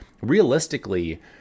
Realistically